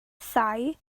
thai